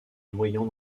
noyant